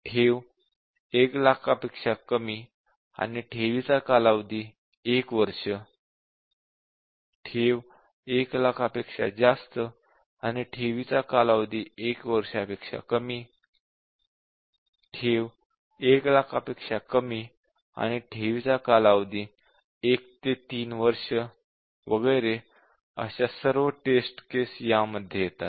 ठेव 1 लाखापेक्षा कमी आणि ठेवीचा कालावधी 1 वर्ष ठेव 1 लाखापेक्षा जास्त आणि ठेवीचा कालावधी 1 वर्षापेक्षा कमी ठेव 1 लाखापेक्षा कमी आणि ठेवीचा कालावधी 1 ते 3 वर्ष वगैरे अशा सर्व टेस्ट केस यामध्ये येतात